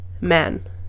Man